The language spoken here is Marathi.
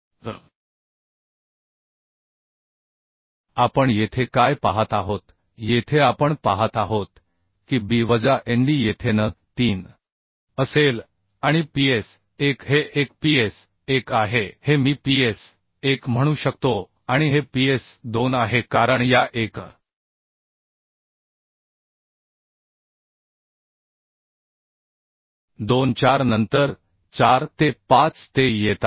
तर आपण येथे काय पाहत आहोत येथे आपण पाहत आहोत की b वजा nd येथे n 3 असेल आणि ps1 हे एक ps1 आहे हे मी ps1 म्हणू शकतो आणि हे ps2 आहे कारण या 1 2 4 नंतर 4 ते 5 ते येत आहे